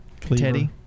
Teddy